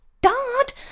Dad